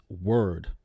word